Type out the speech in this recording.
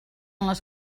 les